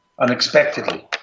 unexpectedly